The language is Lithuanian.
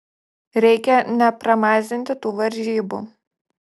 reikia nepramazinti tų varžybų